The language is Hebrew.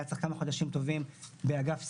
היה צריך כמה חודשים טובים באגף שכר,